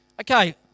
okay